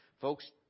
Folks